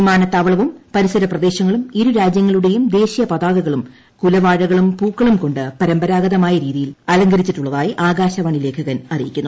വിമാനത്താവളവും പരിസരപ്രദേശങ്ങളും ഇരുരാജ്യങ്ങളുടെയും ദേശീയപതാകകളും കുലവാഴകളും പൂക്കളും കൊണ്ട് പരമ്പരാഗതമായ രീതിയിൽ അലങ്കരിച്ചിട്ടുള്ളതായി ആകാശവാണി ലേഖകൻ അറിയിക്കുന്നു